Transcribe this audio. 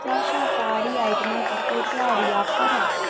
क्या शाकाहारी आइटमें पर कोई तेहारी ऑफर ऐ